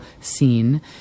scene